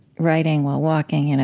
writing while walking, you know,